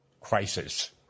crisis